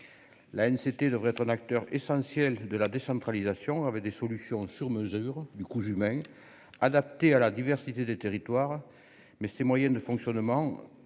c'était devrait être l'acteur essentiel de la décentralisation, avec des solutions sur mesure du coup humain adapté à la diversité des territoires, mais ses moyens de fonctionnement sont